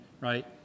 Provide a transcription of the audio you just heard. right